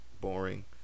boring